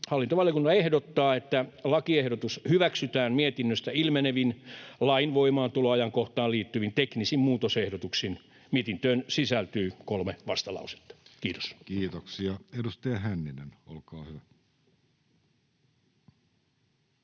Hallintovaliokunta ehdottaa, että lakiehdotus hyväksytään mietinnöstä ilmenevin lain voimaantuloajankohtaan liittyvin teknisin muutosehdotuksin. Mietintöön sisältyy kolme vastalausetta. — Kiitos. [Speech 106] Speaker: